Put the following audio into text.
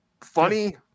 funny